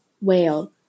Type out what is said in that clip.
whale